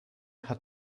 hat